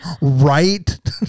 right